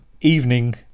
evening